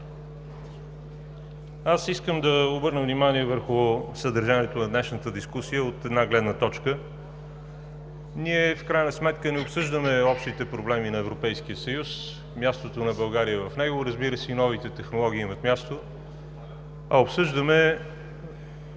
Искам да обърна внимание върху съдържанието на днешната дискусия от определена гледна точка. Ние не обсъждаме общите проблеми на Европейския съюз и мястото на България в него – разбира се, новите технологии имат място, а обсъждаме